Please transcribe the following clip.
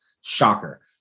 shocker